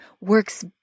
works